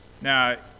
Now